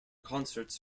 concerts